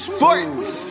Sports